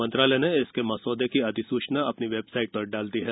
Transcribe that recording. मंत्रालय ने इसके मसौदे की अधिसूचना अपनी वेबसाइट पर डाल दी है